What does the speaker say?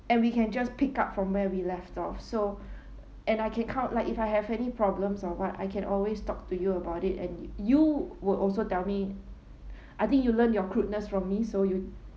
and we can just pick up from where we left off so and I can count like if I have any problems or what I can always talk to you about it and y~ you will also tell me I think you learn your crudeness from me so you